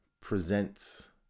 presents